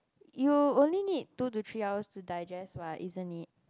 you only need two to three hours to digest what isn't it